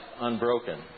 unbroken